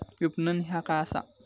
विपणन ह्या काय असा?